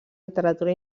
literatura